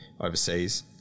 overseas